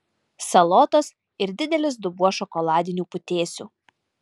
salotos ir didelis dubuo šokoladinių putėsių